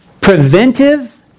preventive